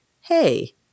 hey